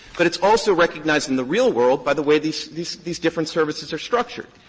but it's also recognized in the real world by the way these these these different services are structured.